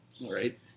Right